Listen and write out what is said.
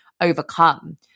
overcome